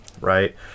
right